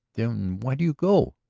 then why do you go?